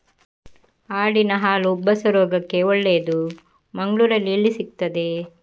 ಆಡಿನ ಹಾಲು ಉಬ್ಬಸ ರೋಗಕ್ಕೆ ಒಳ್ಳೆದು, ಮಂಗಳ್ಳೂರಲ್ಲಿ ಎಲ್ಲಿ ಸಿಕ್ತಾದೆ?